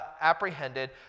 apprehended